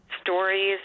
stories